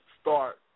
start